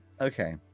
Okay